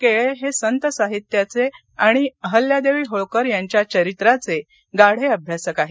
केळे हे संत साहित्याचे आणि अहल्यादेवी होळकर यांच्या चरित्राचे गाढे अभ्यासक आहेत